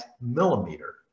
millimeter